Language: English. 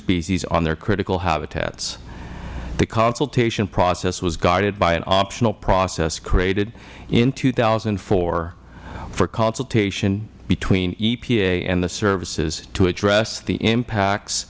species on their critical habitats the consultation process was guided by an optional process created in two thousand and four for consultation between epa and the services to address the impacts